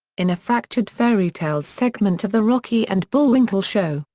in a fractured fairy tales segment of the rocky and bullwinkle show,